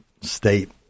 state